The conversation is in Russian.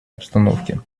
обстановке